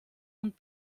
und